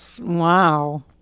Wow